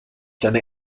deine